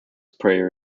prayer